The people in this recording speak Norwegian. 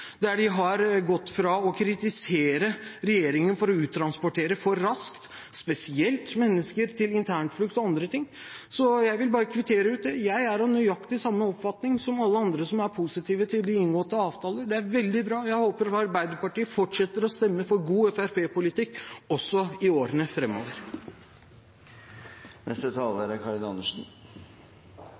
der de har gått fra å kritisere regjeringen for å uttransportere for raskt, spesielt mennesker til internflukt og andre ting. Jeg vil bare kvittere ut det: Jeg er av nøyaktig samme oppfatning som alle andre som er positive til de inngåtte avtaler. Det er veldig bra. Jeg håper Arbeiderpartiet fortsetter å stemme for god fremskrittspartipolitikk også i årene